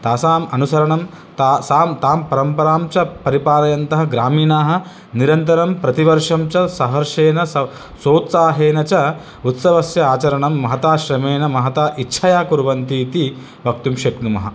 तासाम् अनुसरणं तासां तां परम्परां च परिपालयन्तः ग्रामीणाः निरन्तरं प्रतिवर्षं च सहर्षेन सोत्साहेन च उत्सवस्य आचरणं महता श्रमेण महता इच्छया कुर्वन्ति इति वक्तुं शक्नुमः